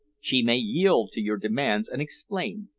she may yield to your demands and explain.